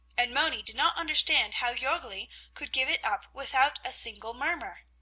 and moni did not understand how jorgli could give it up without a single murmur.